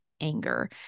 anger